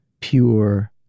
pure